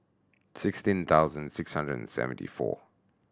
sixteen thousand six hundred and seventy four